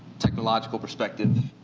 technological perspective.